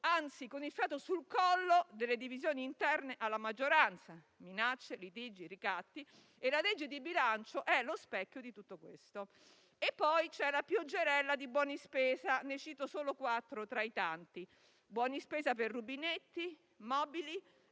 anzi con il fiato sul collo delle divisioni interne alla maggioranza - minacce, litigi, ricatti - e la legge di bilancio è lo specchio di tutto questo. C'è poi la pioggerella di buoni spesa, ne cito solo quattro tra i tanti: buoni spesa per rubinetti, per mobili,